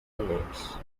names